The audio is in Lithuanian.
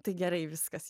tai gerai viskas